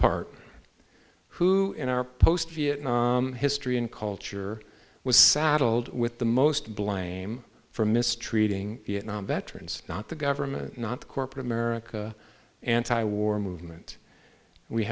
part who in our post vietnam history and culture was saddled with the most blame for mistreating vietnam veterans not the government not corporate america anti war movement we